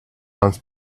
once